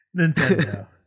Nintendo